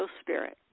spirit